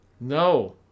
No